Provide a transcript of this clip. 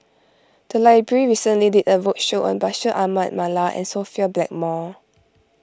the library recently did a roadshow on Bashir Ahmad Mallal and Sophia Blackmore